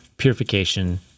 purification